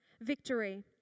victory